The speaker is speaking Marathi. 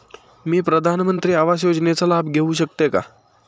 मी प्रधानमंत्री आवास योजनेचा लाभ घेऊ शकते का?